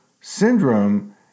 syndrome